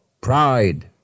Pride